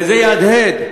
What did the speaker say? וזה יהדהד,